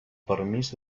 permís